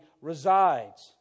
resides